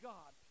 God